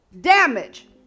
damage